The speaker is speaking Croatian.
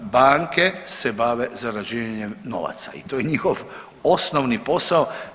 Banke se bave zarađivanjem novaca i to je njihov osnovni posao.